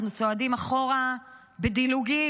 אנחנו צועדים אחורה בדילוגים.